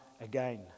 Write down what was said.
again